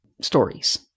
stories